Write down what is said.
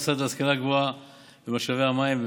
המשרד להשכלה גבוהה ולמשאבי מים,